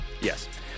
Yes